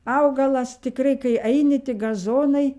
augalas tikrai kai eini tik gazonai